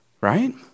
right